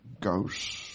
Ghost